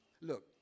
Look